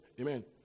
Amen